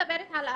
מדברת על אחריות,